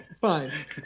fine